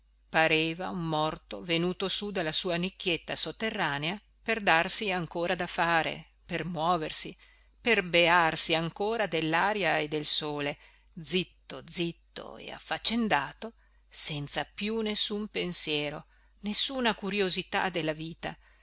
pareva un morto venuto su dalla sua nicchietta sotterranea per darsi ancora da fare per muoversi per bearsi ancora dellaria e del sole zitto zitto e affaccendato senza più nessun pensiero nessuna curiosità della vita